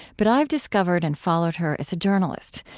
but i've discovered and followed her as a journalist.